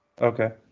Okay